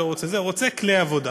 רוצה כלי עבודה.